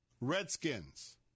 Redskins